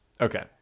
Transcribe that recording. Okay